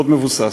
מאוד מבוסס.